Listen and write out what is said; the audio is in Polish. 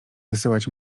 wysyłać